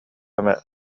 эмэ